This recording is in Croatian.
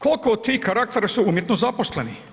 Koliko tih karaktera su umjetno zaposleni?